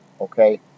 Okay